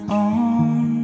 on